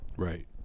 right